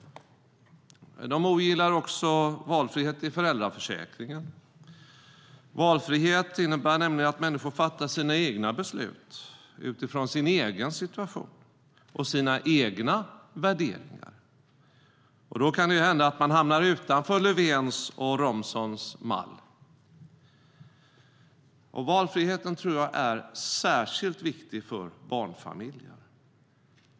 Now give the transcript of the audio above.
De ogillar också valfrihet i föräldraförsäkringen. Valfrihet innebär nämligen att människor får fatta sina egna beslut utifrån sin egen situation och sina egna värderingar, och då kan det hända att man hamnar utanför Löfvens och Romsons mall. Valfriheten tror jag är särskilt viktig för barnfamiljer.